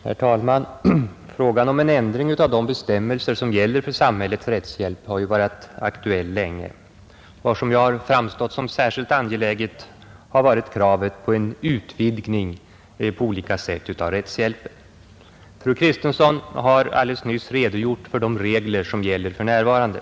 Herr talman! Frågan om en ändring av de bestämmelser som gäller för samhällets rättshjälp har ju varit aktuell sedan länge. Vad som framstått som särskilt angeläget har varit kravet på en utvidgning på olika sätt av rättshjälpen. Fru Kristensson har alldeles nyss redogjort för de regler som finns för närvarande.